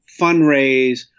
fundraise